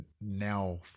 now